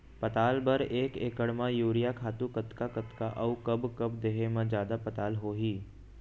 पताल बर एक एकड़ म यूरिया खातू कतका कतका अऊ कब कब देहे म जादा पताल होही?